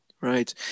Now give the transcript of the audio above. Right